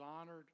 honored